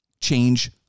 change